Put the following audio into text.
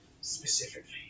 specifically